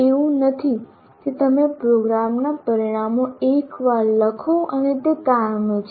એવું નથી કે તમે પ્રોગ્રામના પરિણામો એકવાર લખો અને તે કાયમી છે